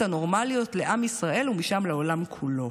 הנורמליות לעם ישראל ומשם לעולם כולו.